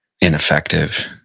ineffective